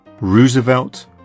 Roosevelt